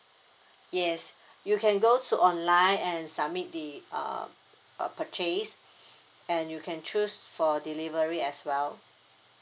yes you can go to online and submit the uh a purchase and you can choose for delivery as well